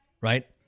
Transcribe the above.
Right